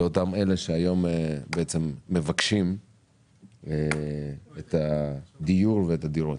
לאותם אלה שהיום מבקשים את הדיור ואת הדירות.